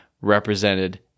represented